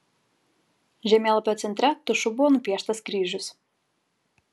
žemėlapio centre tušu buvo nupieštas kryžius